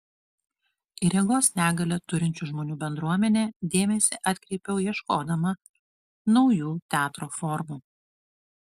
į regos negalią turinčių žmonių bendruomenę dėmesį atkreipiau ieškodama naujų teatro formų